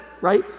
right